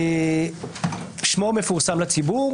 שמו מפורסם לציבור,